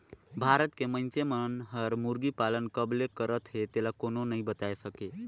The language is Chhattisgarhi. भारत के मइनसे मन हर मुरगी पालन कब ले करत हे तेला कोनो नइ बताय सके